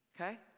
Okay